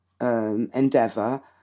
endeavour